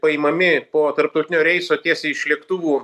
paimami po tarptautinio reiso tiesiai iš lėktuvų